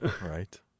Right